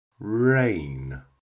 Rain